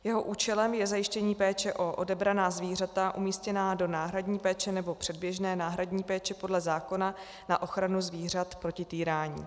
Jeho účelem je zajištění péče o odebraná zvířata umístěná do náhradní péče nebo předběžné náhradní péče podle zákona na ochranu zvířat proti týrání.